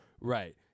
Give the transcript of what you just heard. Right